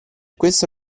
questo